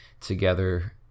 together